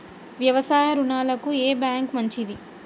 వ్యవసాయ రుణాలకు ఏ బ్యాంక్ మంచిది?